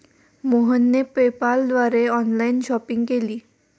मोहनने पेपाल द्वारे online shopping केली